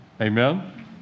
Amen